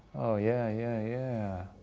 oh, yeah, yeah, yeah.